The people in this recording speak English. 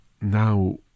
now